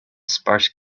sparse